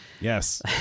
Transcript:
Yes